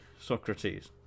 Socrates